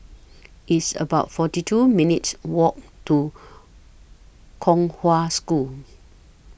It's about forty two minutes' Walk to Kong Hwa School